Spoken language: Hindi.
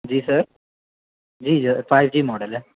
जी सर जी फ़ाइव जी मॉडल है